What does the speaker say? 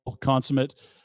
consummate